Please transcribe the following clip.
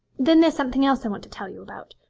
then there's something else i want to tell you about.